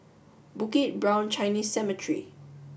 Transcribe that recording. Bukit Brown Chinese Cemetery